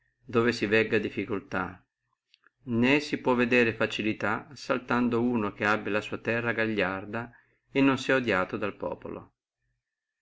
dove si vegga difficultà né si può vedere facilità assaltando uno che abbi la sua terra gagliarda e non sia odiato dal populo